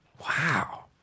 Wow